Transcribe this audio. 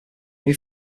new